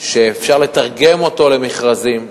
שאפשר לתרגם אותו למכרזים.